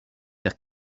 vers